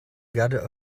gather